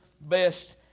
best